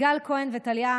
גל כהן וטליה,